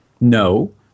no